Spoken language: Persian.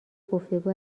گفتگو